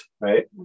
right